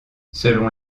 selon